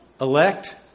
Elect